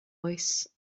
oes